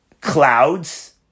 clouds